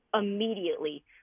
immediately